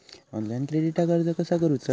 Online क्रेडिटाक अर्ज कसा करुचा?